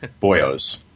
Boyos